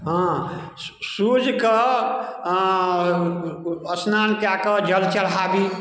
हँ सूर्यके अँ अस्नान कऽ कऽ जल चढ़ाबी